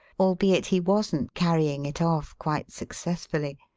albeit he wasn't carrying it off quite successfully,